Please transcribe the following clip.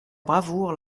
bravoure